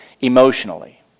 emotionally